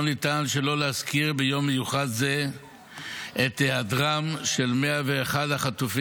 לא ניתן שלא להזכיר ביום מיוחד זה את היעדרם של 101 החטופים,